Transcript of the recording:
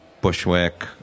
Bushwick